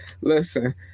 Listen